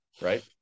right